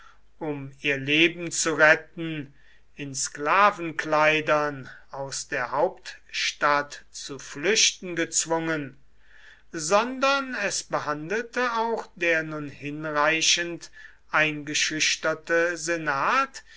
um ihr leben zu retten in sklavenkleidern aus der hauptstadt zu flüchten gezwungen sondern es behandelte auch der nun hinreichend eingeschüchterte senat